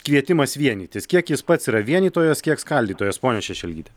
kvietimas vienytis kiek jis pats yra vienytojas kiek skaldytojas ponia šešelgyte